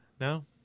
No